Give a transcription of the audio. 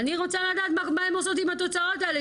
אני רוצה לדעת מה הן עושות עם התוצאות האלה,